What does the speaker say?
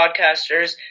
podcasters